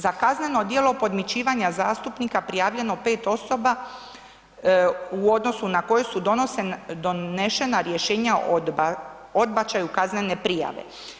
Za kazneno djelo podmićivanja zastupnika prijavljeno 5 osoba u odnosu na koje su donešena rješenja o odbačaju kaznene prijave.